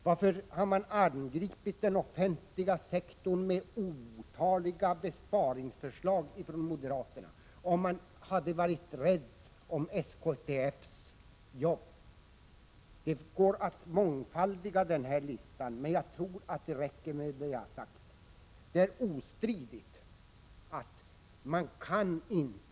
Varför har moderaterna angripit den offentliga sektorn med otaliga besparingsförslag, om man var rädd om SKTF:s jobb? Det går att mångfaldiga denna lista, men jag tror att det räcker med det som jag har sagt.